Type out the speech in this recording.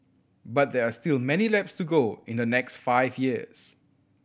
but there are still many laps to go in the next five years